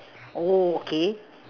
oh okay